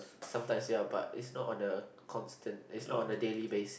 sometimes ya but it's not on a constant is not on a daily basis